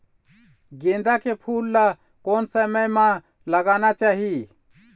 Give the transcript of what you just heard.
गेंदा के फूल ला कोन समय मा लगाना चाही?